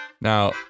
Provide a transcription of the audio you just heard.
Now